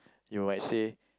you might say